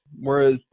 whereas